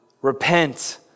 Repent